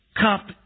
cup